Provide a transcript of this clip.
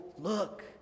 Look